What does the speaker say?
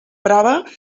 prova